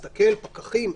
מסתכל, פקחים.